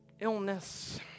illness